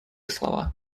слова